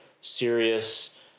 serious